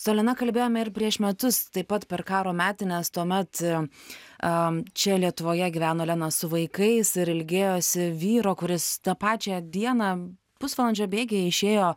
su elena kalbėjome ir prieš metus taip pat per karo metines tuomet a čia lietuvoje gyveno olena su vaikais ir ilgėjosi vyro kuris tą pačią dieną pusvalandžio bėgyje išėjo